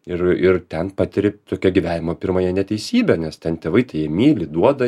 ir ir ten patiri tokią gyvenimo pirmąją neteisybę nes ten tėvai tai jį myli duoda